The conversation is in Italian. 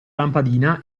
lampadina